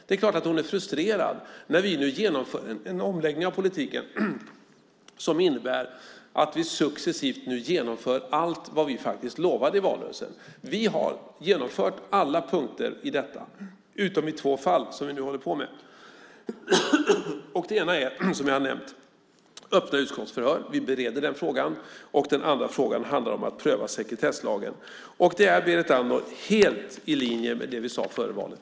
Det är klart att hon är frustrerad när vi genomför en omläggning av politiken som innebär att vi successivt genomför allt vad vi faktiskt lovade i valrörelsen. Vi har genomfört alla punkter i detta utom i två fall som vi nu håller på med. Det ena är, som jag har nämnt, öppna utskottsförhör. Vi bereder den frågan. Den andra frågan handlar om att pröva sekretesslagen. Det är, Berit Andnor, helt i linje med vad vi sade före valet.